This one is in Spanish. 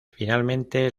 finalmente